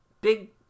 big